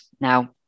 Now